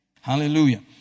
Hallelujah